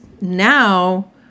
now